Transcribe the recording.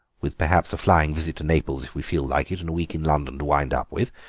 with perhaps a flying visit to naples if we feel like it, and a week in london to wind up with.